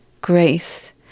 grace